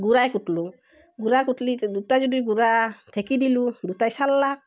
গুড়াই কুটলোঁ গুড়া কুটলি দুটা যদি গুড়া ঢেঁকী দিলোঁ দুটাই চাললাক